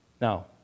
Now